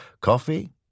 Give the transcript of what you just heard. Coffee